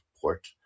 port